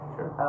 Sure